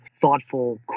thoughtful